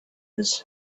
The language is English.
his